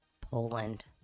Poland